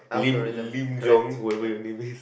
Lim Lim Jung whoever your name is